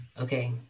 okay